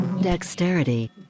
dexterity